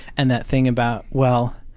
and that thing about, well,